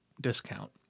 discount